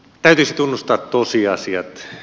täytyisi tunnustaa tosiasiat